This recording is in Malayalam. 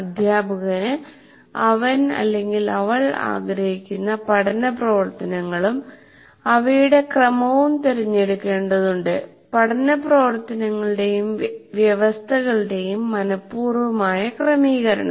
അധ്യാപകന് അവൻ അവൾ ആഗ്രഹിക്കുന്ന പഠന പ്രവർത്തനങ്ങളും അവയുടെ ക്രമവും തിരഞ്ഞെടുക്കേണ്ടതുണ്ട് പഠന പ്രവർത്തനങ്ങളുടെയും വ്യവസ്ഥകളുടെയും മനപൂർവമായ ക്രമീകരണം